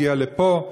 הגיע לפה,